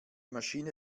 maschine